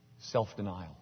self-denial